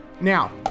Now